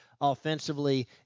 offensively